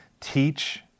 teach